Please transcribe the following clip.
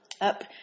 up